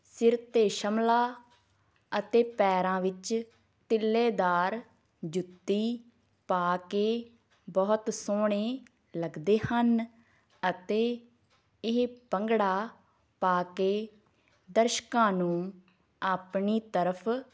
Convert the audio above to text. ਸਿਰ 'ਤੇ ਛਮਲਾ ਅਤੇ ਪੈਰਾਂ ਵਿੱਚ ਤਿੱਲੇਦਾਰ ਜੁੱਤੀ ਪਾ ਕੇ ਬਹੁਤ ਸੋਹਣੇ ਲੱਗਦੇ ਹਨ ਅਤੇ ਇਹ ਭੰਗੜਾ ਪਾ ਕੇ ਦਰਸ਼ਕਾਂ ਨੂੰ ਆਪਣੀ ਤਰਫ